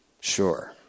sure